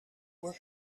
were